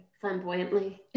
flamboyantly